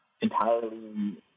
entirely